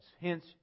Hence